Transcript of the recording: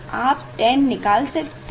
आप tan निकाल सकते हैं